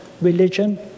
religion